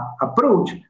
approach